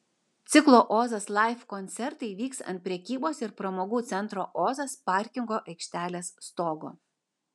ciklo ozas live koncertai vyks ant prekybos ir pramogų centro ozas parkingo aikštelės stogo